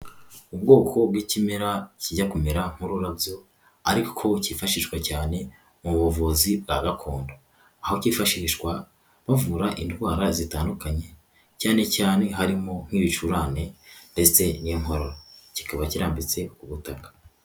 Ubwoko bw'ikimera kijya kumera nk'ururabyo ariko kifashishwa cyane mu buvuzi bwa gakondo. Aho kifashishwa bavura indwara zitandukanye cyane cyane harimo nk'ibicurane ndetse n'inkoro kikaba kirambitse ku ubutaka.